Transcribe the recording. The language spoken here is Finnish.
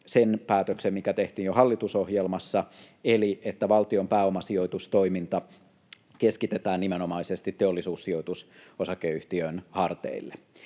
sen päätöksen, mikä tehtiin jo hallitusohjelmassa, eli että valtion pääomasijoitustoiminta keskitetään nimenomaisesti Teollisuussijoitus Oy:n harteille.